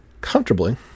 comfortably